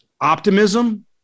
optimism